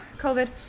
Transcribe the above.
COVID